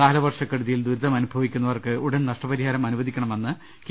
കാലവർഷകെടുതിയിൽ ദുരിതമനുഭവിക്കുന്നവർക്ക് ഉടൻ നഷ്ടപരിഹാരം അനുവദിക്കണമെന്ന് കെ